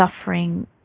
suffering